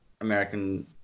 American